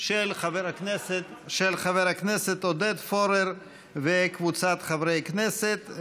של חבר הכנסת עודד פורר וקבוצת חברי הכנסת.